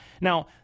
Now